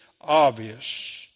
obvious